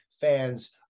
fans